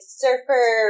surfer